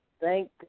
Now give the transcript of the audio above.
thank